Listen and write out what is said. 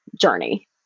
journey